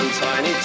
tiny